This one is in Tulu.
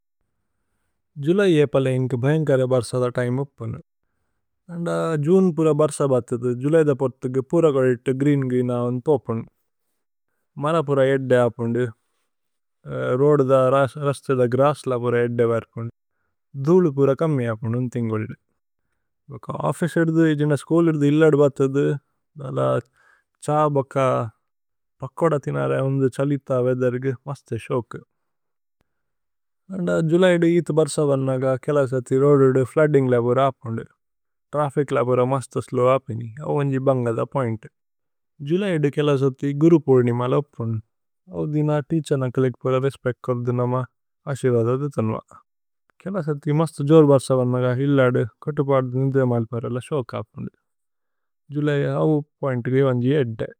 ജുലൈ ഏപലേ ഏന്കേ ഭേന്കര ബര്സദ തിമേ ഉപ്പുനു। അന്ദ ജുന് പുര ബര്സ ബത്ഥിഥു ജുലൈദ പോര്തുക്കു,। പുര കുഝിത്തു ഗ്രീന് ഗ്രീന വന്ത് ഓപ്പുനു മര। പുര ഏദ്ദേ അപ്പുന്ദു രോദുദ രസ്തുദ ഗ്രാസ്ല പുര। ഏദ്ദേ വര്പുന്ദു ധൂല് പുര കമ്മി അപ്പുന്ദു ഉന് ഥിന്ഗ്। വല്ദു ഭക ഓഫ്ഫിചേ ഏദ്ദു ജേന സ്ഛൂല് ഏദ്ദു ഇല്ലദു। ബത്ഥിഥു ദല ഛ ബക പകോദ ഥിനരേ വന്ദു। ഛലിഥ വേദരുഗു വസ്തു ശോക്കു അന്ദ ജുലൈദു। ഇഥു ബര്സ വന്നഗ കേലസതി രോദുദു ഫ്ലൂദിന്ഗ്। ലബുര അപ്പുന്ദു ത്രഫിച് ലബുര മസ്തു സ്ലോവ് അപ്പിനി। അവു ഉന്ജി ബന്ഗദ പോഇന്തു ജുലൈദു കേലസതി ഗുരു। പുര്നി മല അപ്പുന്ദു അവു ദിന തേഅഛേര്ന കേലേകു। പുര രേസ്പേച്ത് കോര്ദി നമ അസിവദ ദിഥന്വ। കേലസതി മസ്തു ജോര് ബര്സ വന്നഗ ഇല്ലദു കോതു। പാര്ധു നിന്തേ മലപര ല ശോക്കു അപ്പുന്ദു। ജുലൈ അവു പോഇന്തു ലി ഉന്ജി ഏദ്ദേ।